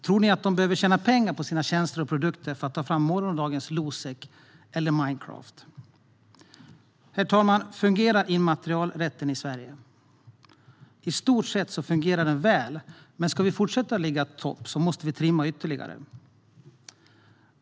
Tror ni att de behöver tjäna pengar på sina tjänster och produkter för att ta fram morgondagens Losec eller Minecraft? Herr talman! Fungerar immaterialrätten i Sverige? I stort sett fungerar den väl, men om vi ska fortsätta att ligga i topp måste vi trimma ytterligare.